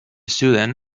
sudan